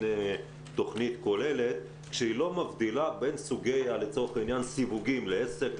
תוכנית כוללת שלא מבדילה בין סוגי סיווגים לעסק,